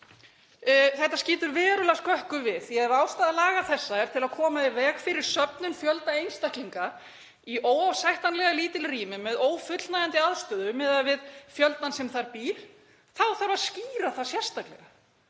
Þetta skýtur verulega skökku við því ef ástæða laga þessara er að koma í veg fyrir söfnun fjölda einstaklinga í óásættanlega lítil rými með ófullnægjandi aðstöðu miðað við fjöldann sem þar býr þá þarf að skýra það sérstaklega.